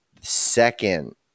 second